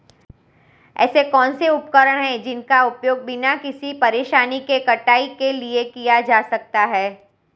ऐसे कौनसे उपकरण हैं जिनका उपयोग बिना किसी परेशानी के कटाई के लिए किया जा सकता है?